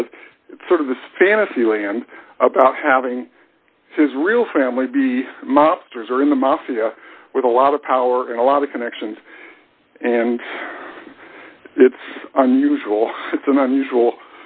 says it's sort of this fantasy land about having his real family be mobsters are in the mafia with a lot of power and a lot of connections and it's unusual it's unusual